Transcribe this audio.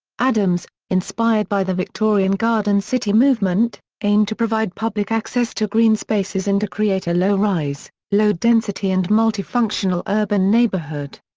adams, inspired by the victorian garden city movement, aimed to provide public access to green spaces and to create a low-rise, low-density and multifunctional urban neighbourhood.